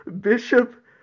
bishop